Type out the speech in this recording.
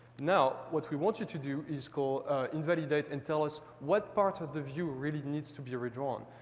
now, what we want you to do is call invalidate and tell us what part of the view really needs to be redrawn.